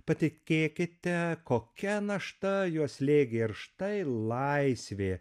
patikėkite kokia našta juos slėgė ir štai laisvė